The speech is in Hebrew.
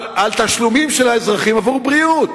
תשלומים של האזרחים עבור בריאות